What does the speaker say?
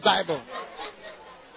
Bible